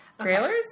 Trailers